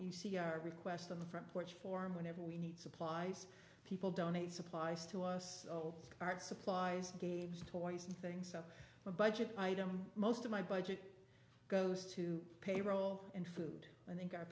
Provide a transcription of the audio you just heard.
our request on the front porch form whenever we need supplies people donate supplies to us art supplies games toys and things of a budget item most of my budget goes to payroll and food i think our